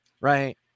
right